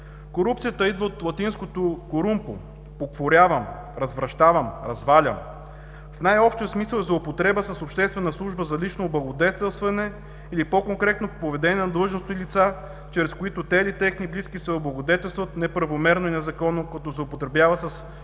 Корупцията идва от латинското „корумпо“ – покварявам, развращавам, развалям. В най-общия смисъл „злоупотреба с обществената служба за лично облагодетелстване“ или по-конкретно „поведение на длъжностни лица, чрез които те или техни близки се облагодетелстват неправомерно и незаконно, като злоупотребяват с поверената